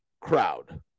crowd